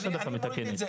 יש העדפה מתקנת.